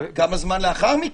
כמה זמן לאחר מכן.